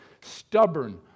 stubborn